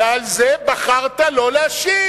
ועל זה בחרת שלא להשיב.